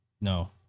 No